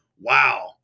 wow